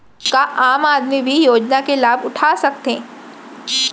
का आम आदमी भी योजना के लाभ उठा सकथे?